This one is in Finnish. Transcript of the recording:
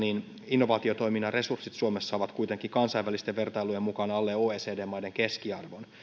innovaatiotoiminnan resurssit suomessa ovat kuitenkin kansainvälisten vertailujen mukaan alle oecd maiden keskiarvon